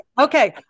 Okay